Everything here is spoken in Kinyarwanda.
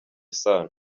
isano